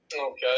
Okay